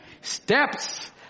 Steps